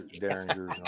derringers